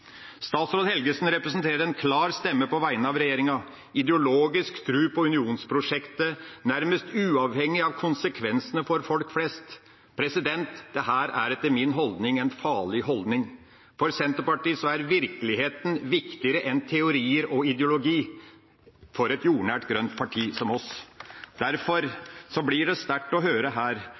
Statsråd Helgesen representerer en klar stemme på vegne av regjeringa, med en ideologisk tro på unionsprosjektet, nærmest uavhengig av konsekvensene for folk flest. Dette er etter min mening en farlig holdning. For Senterpartiet – et jordnært, grønt parti som oss – er virkeligheten viktigere enn teorier og ideologi.